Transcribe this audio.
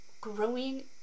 growing